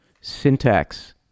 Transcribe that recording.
syntax